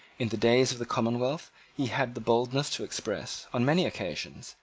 in the days of the commonwealth he had the boldness to express, on many occasions,